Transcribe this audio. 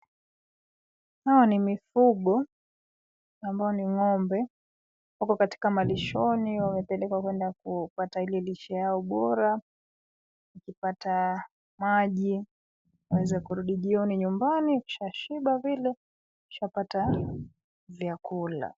Hao ni mifugo ambao ni ng'ombe. Wako katika malishoni, wamepelekwa kuenda kupata ile lishe yao bora, wakipata maji, waweze kurudi jioni nyumbani wakishashiba vile, wakishapata vyakula.